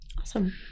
Awesome